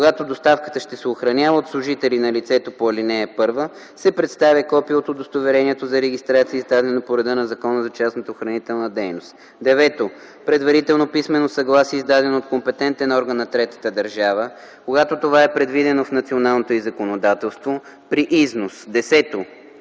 когато доставката ще се охранява от служители на лицето по ал. 1, се представя копие от удостоверението за регистрация, издадено по реда на Закона за частната охранителна дейност; 9. предварително писмено съгласие, издадено от компетентен орган на третата държава, когато това е предвидено в националното й законодателство - при износ; 10.